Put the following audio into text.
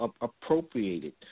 appropriated